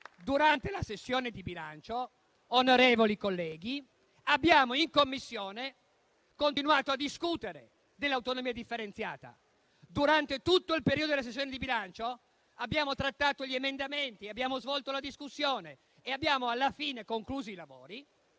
durante la sessione di bilancio, in Commissione abbiamo continuato a discutere dell'autonomia differenziata. Durante tutto il periodo della sessione di bilancio abbiamo trattato gli emendamenti, abbiamo svolto la discussione e alla fine abbiamo concluso i lavori,